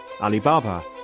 Alibaba